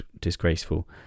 disgraceful